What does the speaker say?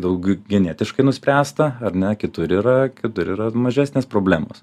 daug genetiškai nuspręsta ar ne kitur yra kitur yra mažesnės problemos